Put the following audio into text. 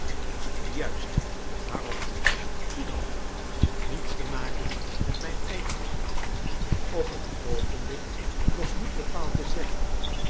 juist waarom g oed dan niets te maken met mijn eigenaar op het oogenblik nog niet bepaald te zeggen